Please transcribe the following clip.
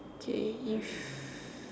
okay if